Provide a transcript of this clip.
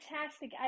fantastic